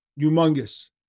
humongous